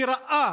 שראה